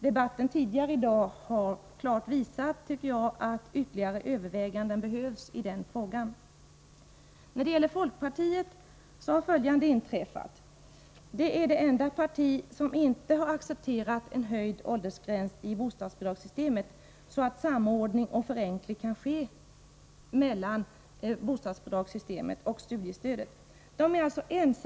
Debatten tidigare i dag har klart visat att ytterligare överväganden behövs i den frågan. När det gäller folkpartiet har följande inträffat. Folkpartiet är det andra parti som inte har accepterat höjd åldersgräns i bostadsbidragssystemet, så att samordning och förenkling kan ske mellan bostadsbidragssystemet och studiestödet.